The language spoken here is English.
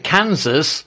Kansas